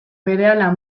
berehala